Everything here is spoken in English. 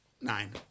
nine